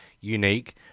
unique